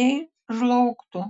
nei žlaugtų